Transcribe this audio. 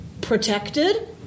protected